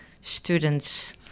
students